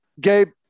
Gabe